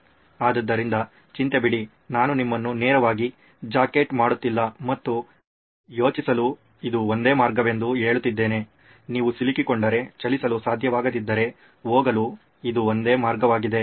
ಆದ್ದರಿಂದ ಚಿಂತೆಬಿಡಿ ನಾನು ನಿಮ್ಮನ್ನು ನೇರವಾಗಿ ಜಾಕೆಟ್ ಮಾಡುತ್ತಿಲ್ಲ ಮತ್ತು ಯೋಚಿಸಲು ಇದು ಒಂದೇ ಮಾರ್ಗವೆಂದು ಹೇಳುತ್ತಿದ್ದೇನೆ ನೀವು ಸಿಲುಕಿಕೊಂಡರೆ ಚಲಿಸಲು ಸಾಧ್ಯವಾಗದಿದ್ದರೆ ಹೋಗಲು ಇದು ಒಂದೇ ಮಾರ್ಗವಾಗಿದೆ